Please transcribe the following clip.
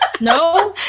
No